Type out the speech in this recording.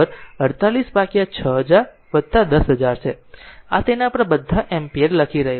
અને i બરાબર 48 ભાગ્યા 6000 10000 છે આ તેના પર બધા એમ્પીયર લખી રહ્યું છે